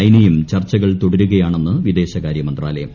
ചൈനയും ചർച്ചകൾ തുടരുകയാണെന്ന് വിദേശകാര്യ മന്താലയം